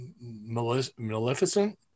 Maleficent